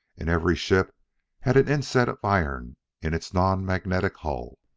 and every ship had an inset of iron in its non-magnetic hull.